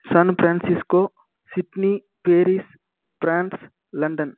San Francisco Sydney Paris France London